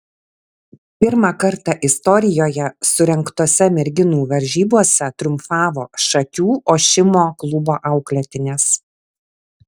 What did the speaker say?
pirmą kartą istorijoje surengtose merginų varžybose triumfavo šakių ošimo klubo auklėtinės